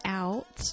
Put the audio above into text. out